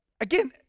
Again